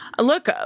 look